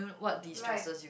like